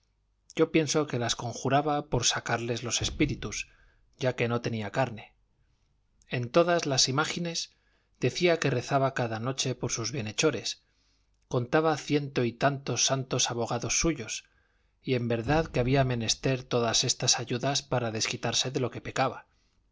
yo pienso que las conjuraba por sacarles los espíritus ya que no tenía carne en todas las imágines decía que rezaba cada noche por sus bienhechores contaba ciento y tantos santos abogados suyos y en verdad que había menester todas estas ayudas para desquitarse de lo que pecaba